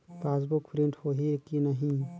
Passbook print होही कि नहीं?